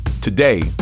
Today